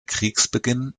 kriegsbeginn